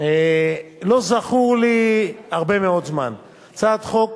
לא זכורה לי הרבה מאוד זמן, הצעת חוק